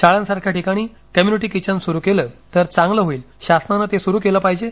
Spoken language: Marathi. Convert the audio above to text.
शाळांसारख्या ठिकाणी कम्युनिटी किचन सुरु केले तर चांगले होईल शासनाने ते सुरु केले पाहिजे